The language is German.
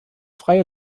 freie